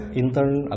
intern